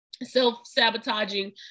self-sabotaging